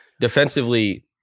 Defensively